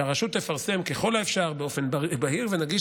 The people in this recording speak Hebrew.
שהרשות תפרסם באופן בהיר ונגיש